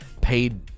paid